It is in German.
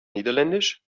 niederländisch